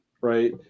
Right